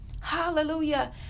Hallelujah